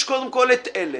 יש קודם כל אתה אלה